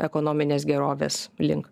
ekonominės gerovės link